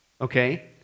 okay